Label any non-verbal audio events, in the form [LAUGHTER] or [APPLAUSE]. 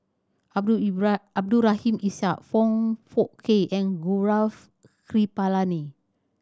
Abdul [UNINTELLIGIBLE] Abdul Rahim Ishak Foong Fook Kay and Gaurav Kripalani